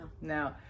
no